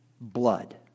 blood